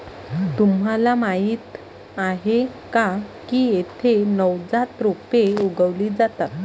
तुम्हाला माहीत आहे का की येथे नवजात रोपे उगवली जातात